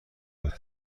بود